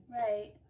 Right